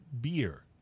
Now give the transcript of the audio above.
beer